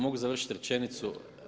Mogu završiti rečenicu?